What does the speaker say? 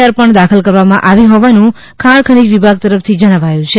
R પણ દાખલ કરવામાં આવી હોવાનું ખાણ ખનીજ વિભાગ તરફથી જણાવાયું છે